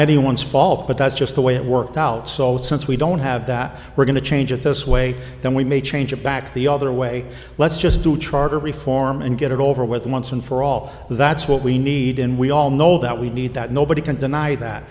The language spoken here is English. anyone's fault but that's just the way it worked out so since we don't have that we're going to change it this way then we may change it back the other way let's just do charter reform and get it over with once and for all that's what we need and we all know that we need that nobody can deny that